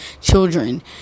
children